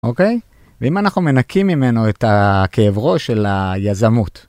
אוקיי ואם אנחנו מנקים ממנו את הכאב ראש של היזמות.